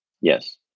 Yes